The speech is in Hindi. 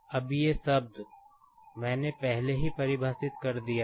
अब ये शब्द मैंने पहले ही परिभाषित कर दिया है